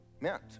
meant